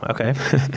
Okay